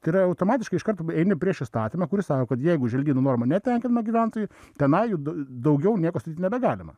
tai yra automatiškai iš karto eini prieš įstatymą kuris sako jeigu želdynų normų netenkinama gyventojui tenai d daugiau nieko statyt nebegalima